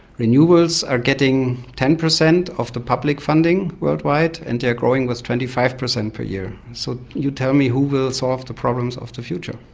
renewables are getting ten percent of the public funding worldwide and they are growing with twenty five percent per year. so you tell me, who will solve the problems of the future.